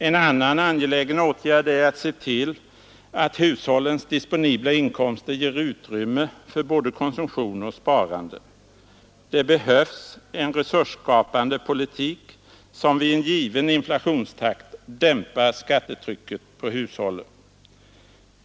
En annan angelägen åtgärd är att se till att hushållens disponibla inkomster ger utrymme för både konsumtion och sparande, Det behövs en resursskapande politik som vid en given inflationstakt dämpar skattetrycket på hushållen.